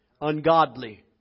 ungodly